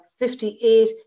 58